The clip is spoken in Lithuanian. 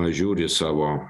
žiūri savo